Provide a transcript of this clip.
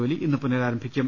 ജോലി ഇന്ന് പുനഃരാരംഭിക്കും